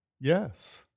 yes